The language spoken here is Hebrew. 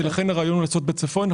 לכן הרעיון הוא לעשות בצפון,